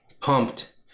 pumped